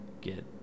get